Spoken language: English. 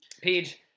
page